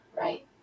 Right